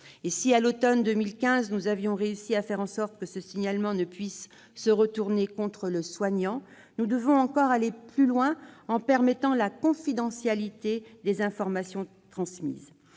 Si, à l'automne 2015, nous avions réussi à faire en sorte que le signalement ne puisse se retourner contre le soignant, nous devons aller plus loin, en assurant la confidentialité des informations transmises.